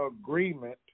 agreement